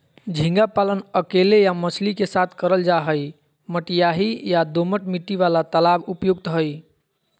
झींगा पालन अकेले या मछली के साथ करल जा हई, मटियाही या दोमट मिट्टी वाला तालाब उपयुक्त हई